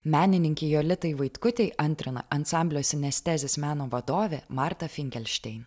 menininkei jolitai vaitkutei antrina ansamblio sinestezis meno vadovė marta finkelštein